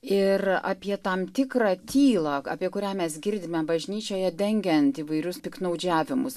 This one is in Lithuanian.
ir apie tam tikrą tylą apie kurią mes girdime bažnyčioje dengiant įvairius piktnaudžiavimus aut